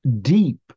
deep